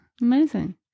amazing